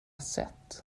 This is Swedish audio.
sätt